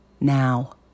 now